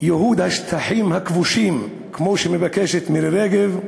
ייהוד השטחים הכבושים, כמו שמבקשת מירי רגב.